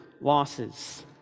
Losses